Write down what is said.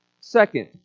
Second